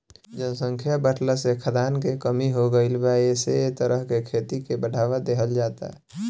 जनसंख्या बाढ़ला से खाद्यान के कमी हो गईल बा एसे एह तरह के खेती के बढ़ावा देहल जाता